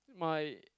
my